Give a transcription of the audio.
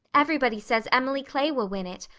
everybody says emily clay will win it.